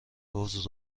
حوض